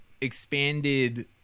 expanded